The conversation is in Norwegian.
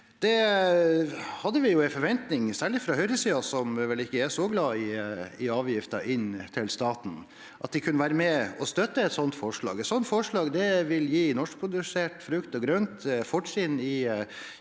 Vi hadde en forventning om at særlig høyresiden, som ikke er så glad i avgifter inn til staten, kunne være med og støtte et sånt forslag. Forslaget vil gi norskprodusert frukt og grønt fortrinn i